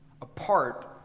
apart